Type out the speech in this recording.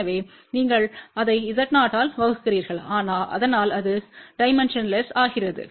எனவே நீங்கள் அதை Z0ஆல் வகுக்கிறீர்கள்அதனால் அது டைமென்ஷன்லெஸ் ஆகிறது